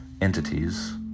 entities